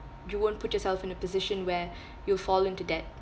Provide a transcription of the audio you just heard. you won't put yourself in a position where you fall into debt